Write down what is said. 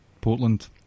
Portland